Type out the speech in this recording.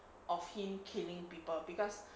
of him killing people because